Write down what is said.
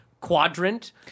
quadrant